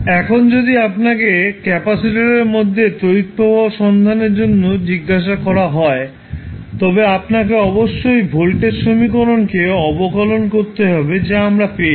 এখন যদি আপনাকে ক্যাপাসিটরের মধ্যে তড়িৎ প্রবাহ সন্ধানের জন্য জিজ্ঞাসা করা হয় তবে আপনাকে অবশ্যই ভোল্টেজ সমীকরণকে অবকলন করতে হবে যা আমরা পেয়েছি